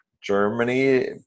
Germany